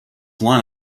line